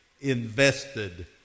invested